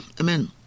Amen